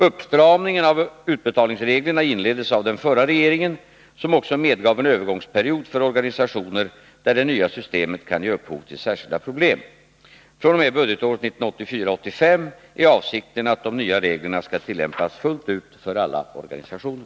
Uppstramningen av utbetalningsreglerna inleddes av den förra regeringen, som också medgav en övergångsperiod för organisationer där det nya systemet kan ge upphov till särskilda problem. fr.o.m. budgetåret 1984/85 är avsikten att de nya reglerna skall tillämpas fullt ut för alla organisationer.